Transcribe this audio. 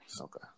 okay